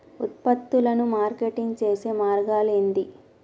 ఉత్పత్తులను మార్కెటింగ్ చేసే మార్గాలు ఏంది?